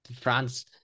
France